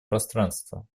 пространство